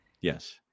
Yes